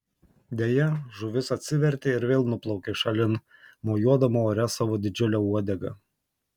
deja žuvis atsivertė ir vėl nuplaukė šalin mojuodama ore savo didžiule uodega